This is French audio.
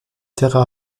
terres